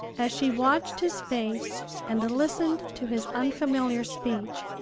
as she watched his face and listened to his unfamiliar speech,